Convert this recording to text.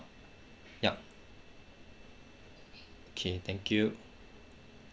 yup okay thank you